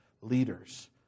leaders